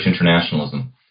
internationalism